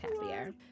happier